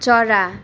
चरा